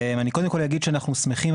אני קודם כל אגיד שאני שמחים,